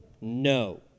No